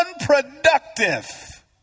unproductive